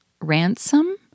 ransom